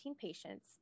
patients